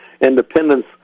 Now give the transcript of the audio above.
Independence